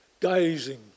gazing